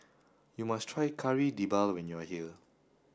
you must try Kari Debal when you are here